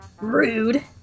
Rude